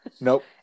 Nope